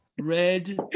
red